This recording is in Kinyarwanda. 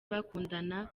bakundana